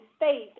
faith